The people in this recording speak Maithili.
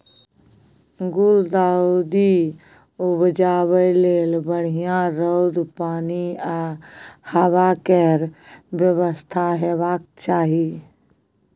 गुलदाउदी उपजाबै लेल बढ़ियाँ रौद, पानि आ हबा केर बेबस्था हेबाक चाही